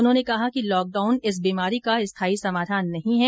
उन्होंने कहा कि लॉकडाउन इस बीमारी का स्थायी समाधान नहीं है